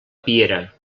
piera